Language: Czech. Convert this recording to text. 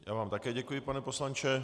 Já vám také děkuji, pane poslanče.